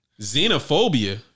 Xenophobia